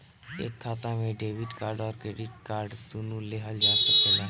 एक खाता से डेबिट कार्ड और क्रेडिट कार्ड दुनु लेहल जा सकेला?